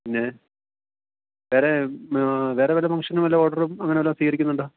പിന്നേ വേറേ വേറെവല്ല ഫങ്ഷന് വല്ല ഓഡറും അങ്ങനെ വല്ലതും സ്വീകരിക്കുന്നുണ്ടോ